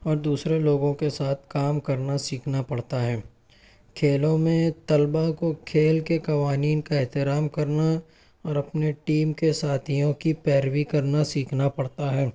اور دوسرے لوگوں کے ساتھ کام کرنا سیکھنا پڑتا ہے کھیلوں میں طلباء کو کھیل کے قوانین کا احترام کرنا اور اپنے ٹیم کے ساتھیوں کی پیروی کرنا سیکھنا پڑتا ہے